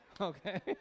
Okay